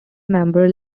member